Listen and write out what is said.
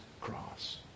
cross